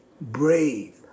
brave